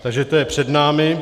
Takže to je před námi.